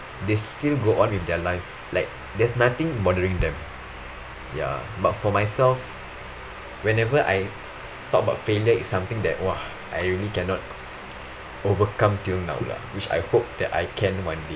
they still go on with their life like there's nothing bothering them ya but for myself whenever I talk about failure is something that !wah! I really cannot overcome till now lah which I hope that I can one day